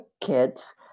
kids